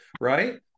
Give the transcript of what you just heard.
Right